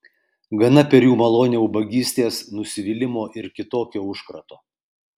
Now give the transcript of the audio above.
gana per jų malonę ubagystės nusivylimo ir kitokio užkrato